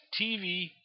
TV